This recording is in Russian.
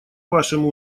вашему